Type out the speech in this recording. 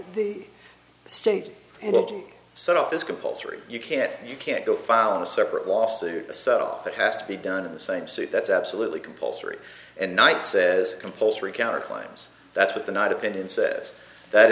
the state and set off is compulsory you can't you can't go file a separate lawsuit assault that has to be done in the same suit that's absolutely compulsory and knight says compulsory counterclaims that's what the knight opinion says that